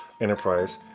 Enterprise